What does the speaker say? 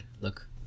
look